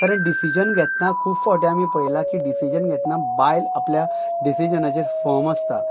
कारण डिसिजन घेतना खूब फावटी आमी पळयलां की डिसिजन घेतना बायल आपल्या डिसिजनाचेर फर्म आसता